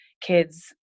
kids